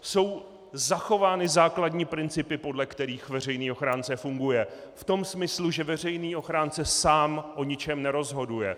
Jsou zachovány základní principy, podle kterých veřejný ochránce funguje v tom smyslu, že veřejný ochránce sám o ničem nerozhoduje.